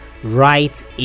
right